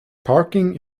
parking